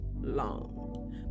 long